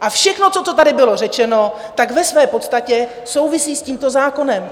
A všechno to, co tady bylo řečeno, tak ve své podstatě souvisí s tímto zákonem.